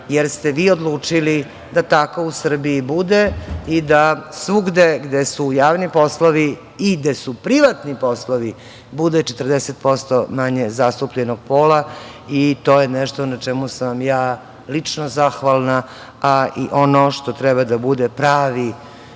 jer ste vi odlučili da tako u Srbiji bude i da svugde gde su javni poslovi i gde su privatni poslovi bude 40% manje zastupljenog pola i to je nešto na čemu sam ja lično zahvalna, a i ono što treba da bude pravi